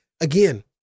Again